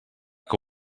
que